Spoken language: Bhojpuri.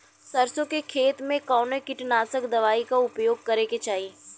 सरसों के खेत में कवने कीटनाशक दवाई क उपयोग करे के चाही?